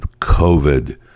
COVID